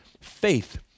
faith